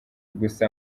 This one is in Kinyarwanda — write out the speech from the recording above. gusa